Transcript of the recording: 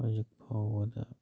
ꯍꯧꯖꯤꯛ ꯐꯥꯎꯕꯗ